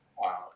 wow